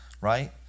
right